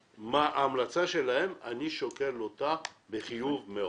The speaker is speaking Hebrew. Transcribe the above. מה ההמלצה שלהם ואני נוטה לשקול אותה בחיוב.